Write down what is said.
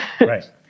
right